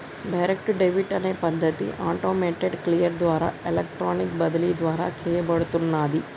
direct debit అనే పద్ధతి automated clear ద్వారా ఎలక్ట్రానిక్ బదిలీ ద్వారా చేయబడుతున్నాది